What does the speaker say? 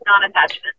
non-attachment